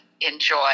enjoy